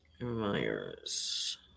Myers